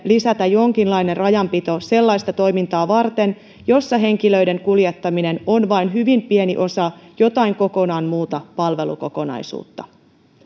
lisätä jonkinlainen rajanpito sellaista toimintaa varten jossa henkilöiden kuljettaminen on vain hyvin pieni osa jotain kokonaan muuta palvelukokonaisuutta